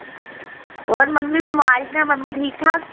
होर मम्मी बीमार ही ना मम्मी ठीक ठाक